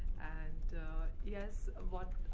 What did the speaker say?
and yes what